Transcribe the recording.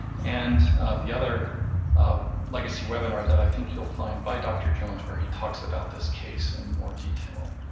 and the other legacy webinar that i think you'll find by dr. jones, where he talks about this case in more detail.